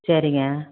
சரிங்க